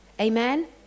Amen